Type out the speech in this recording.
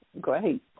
Great